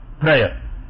prayer